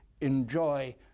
enjoy